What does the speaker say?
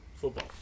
Football